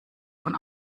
von